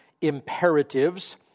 imperatives